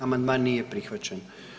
Amandman nije prihvaćen.